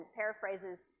paraphrases